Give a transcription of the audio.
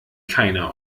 keiner